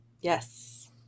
Yes